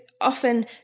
often